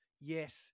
Yes